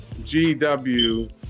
GW